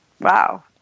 wow